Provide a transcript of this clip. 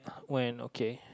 when okay